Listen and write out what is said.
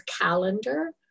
calendar